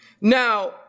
Now